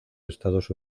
estados